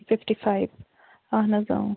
fifty five اَہَن حظ